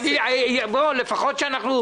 בלי לפנות את המבנים האלה,